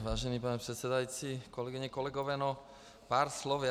Vážený pane předsedající, kolegyně, kolegové, no, pár slov.